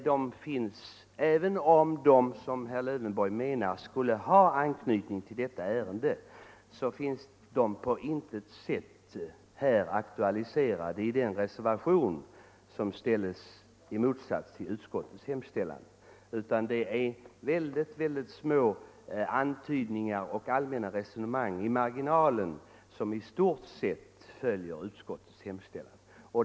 Men även om de, som herr Lövenborg menar, skulle ha anknytning till detta ärende så finns de på intet sätt aktualiserade i den reservation som ställts i motsats till utskottets hemställan. I reservationen görs det bara små antydningar, och där förs allmänna resonemang i marginalen, men i stort sett följer den utskottets hemställan.